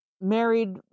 married